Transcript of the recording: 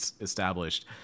established